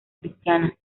cristiana